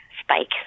spike